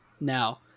Now